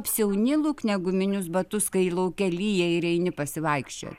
apsiauni lukne guminius batus kai lauke lyja ir eini pasivaikščiot